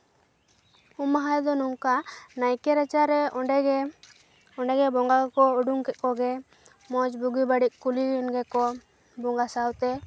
ᱩᱢ ᱢᱟᱦᱟ ᱨᱮᱫᱚ ᱱᱚᱝᱠᱟ ᱱᱟᱭᱠᱮ ᱨᱟᱪᱟᱨᱮ ᱚᱸᱰᱮᱜᱮ ᱚᱸᱰᱮᱜᱮ ᱵᱚᱸᱜᱟ ᱠᱚᱠᱚ ᱩᱰᱩᱝ ᱠᱮᱫ ᱠᱚᱜᱮ ᱢᱚᱸᱡ ᱵᱩᱜᱤ ᱵᱟᱹᱲᱤᱡ ᱠᱩᱞᱤᱭᱮᱱ ᱜᱮᱠᱚ ᱵᱚᱸᱜᱟ ᱥᱟᱶᱛᱮ